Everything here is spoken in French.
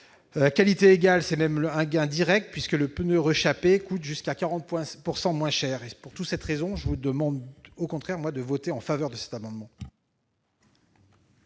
À qualité égale, c'est même un gain direct, puisque le pneu rechapé coûte jusqu'à 40 % moins cher. Pour toutes ces raisons, je vous demande, mes chers collègues, de voter en faveur de ces amendements.